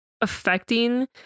affecting